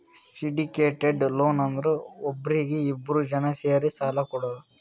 syndicated loan ಅಂದುರ್ ಒಬ್ನೀಗಿ ಇಬ್ರು ಜನಾ ಸೇರಿ ಸಾಲಾ ಕೊಡೋದು